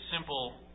simple